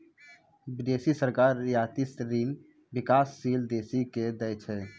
बिदेसी सरकार रियायती ऋण बिकासशील देसो के दै छै